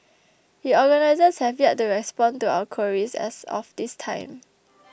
the organisers have yet to respond to our queries as of this time